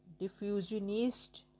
diffusionist